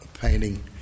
painting